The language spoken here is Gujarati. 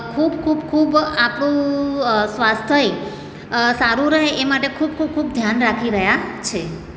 ખૂબ ખૂબ ખૂબ આપણું સ્વાસ્થ્ય સારું રહે એ માટે ખૂબ ખૂબ ખૂબ ધ્યાન રાખી રહ્યા છે